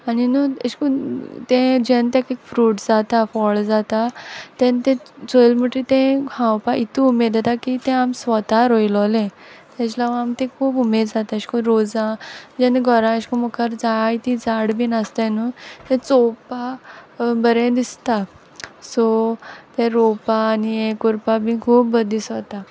आनी न्हू अशें कोन्न तें जेन्न तेक फ्रूट जाता फळ जाता तेन्न तें चोयल मुटरी तें हावपा इतू उमेद येता की तें आम स्वता रोयलोलें तेज लागूं आमक तेज खूब उमेद जाता अेशकोन्न रोजां जेन्ना घरां अेशकोन्न मुखार जायतीं झाड बीन आसताय न्हू तें चोवपा बरें दिसता सो तें रोवपा आनी हें कोरपा बीन खूब बोर दिसोता